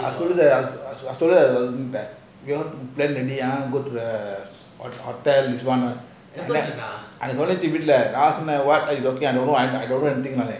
I follow there ah follow there then they ah go to the hotel that one ah நான் சொன்னான்:naan sonnan I dont know anything